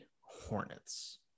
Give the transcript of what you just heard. Hornets